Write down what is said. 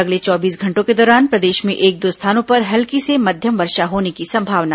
अगले चौबीस घंटों के दौरान प्रदेश में एक दो स्थानों पर हल्की से मध्यम वर्षा होने की संभावना